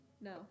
No